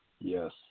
Yes